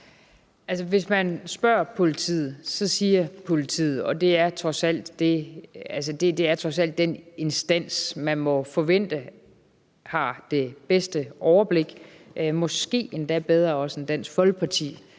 (Inger Støjberg): Altså, politiet er trods alt den instans, man må forvente har det bedste overblik – måske endda bedre end Dansk Folkepartis,